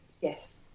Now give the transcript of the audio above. Yes